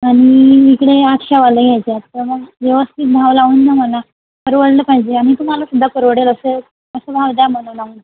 आणि इकडे या आठशेवाल्या घ्यायच्या आहेत तर मग व्यवस्थित भाव लावून द्या मला परवडलं पाहिजे आणि तुम्हालासुद्धा परवडेल असा असा भाव द्या मला लावून